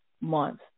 month